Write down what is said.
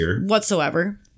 whatsoever